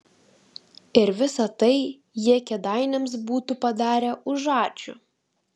ir visa tai jie kėdainiams būtų padarę už ačiū